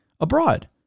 abroad